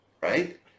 right